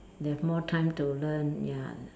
they have more time to learn ya